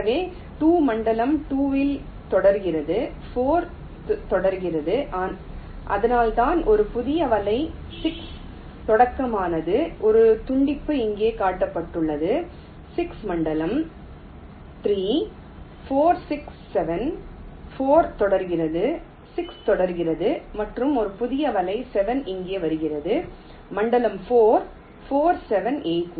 எனவே 2 மண்டலம் 2 இல் தொடர்கிறது 4 தொடர்கிறது அதனால்தான் ஒரு புதிய வலை 6 தொடக்கமானது ஒரு துண்டிப்பு இங்கே காட்டப்பட்டுள்ளது 6 மண்டலம் 3 4 6 7 4 தொடர்கிறது 6 தொடர்கிறது மற்றும் ஒரு புதியது வலை 7 இங்கே வருகிறது மண்டலம் 4 4 7 8 9